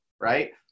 right